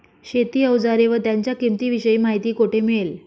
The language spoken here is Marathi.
शेती औजारे व त्यांच्या किंमतीविषयी माहिती कोठे मिळेल?